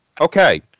Okay